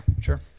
sure